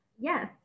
Yes